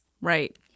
Right